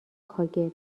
کاگب